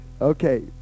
Okay